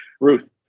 Ruth